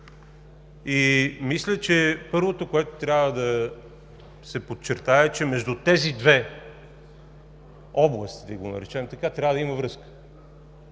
Мисля, че първото, което трябва да се подчертае, е, че между тези две области, да го наречем така, трябва да има връзка.